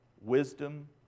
wisdom